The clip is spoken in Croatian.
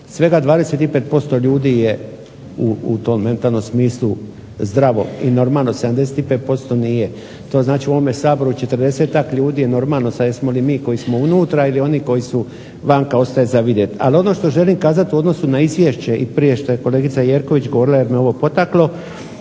svega 25% ljudi je u tom mentalnom smislu zdravo i normalno, a 75% nije. To znači u ovome Saboru 40-ak ljudi je normalno, sad jesmo li mi koji smo unutra ili oni koji su vanka ostaje za vidjeti. Ali, ono što želim kazati u odnosu na izvješće i prije što je kolegica Jerković govorila jer me ovo potaklo